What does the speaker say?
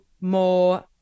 more